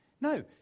No